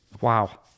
Wow